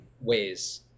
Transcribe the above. ways